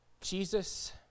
Jesus